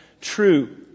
true